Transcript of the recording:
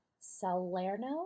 Salerno